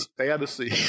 fantasy